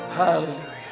Hallelujah